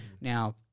Now